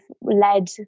led